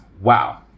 Wow